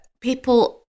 people